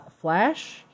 Flash